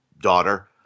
daughter